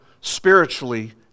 spiritually